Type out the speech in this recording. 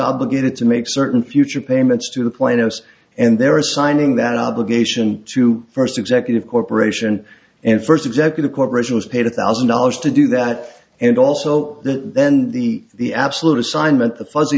obligated to make certain future payments to the point house and their assigning that obligation to first executive corporation and first executive corporation was paid a thousand dollars to do that and also the then the the absolute assignment the fuzzy